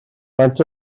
faint